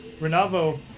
renavo